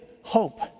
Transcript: hope